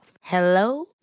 Hello